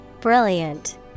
Brilliant